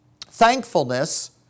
thankfulness